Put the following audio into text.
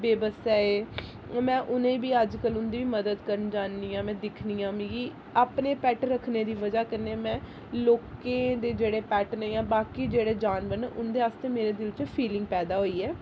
बेबस ऐ एह् मैं उनेंई बी अज्जकल उंदी बी मदद करन जानी आं मैं दिक्खनी आं मिगी अपने पैट रक्खने दी वजह कन्नै मैं लोकें दे जेह्ड़े पैट न जां बाकी जेह्ड़े जानवर न उं'दे आस्तै मेरे दिल च फिलिंग पैदा होई ऐ